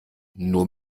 nur